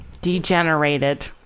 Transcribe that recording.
Degenerated